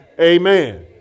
Amen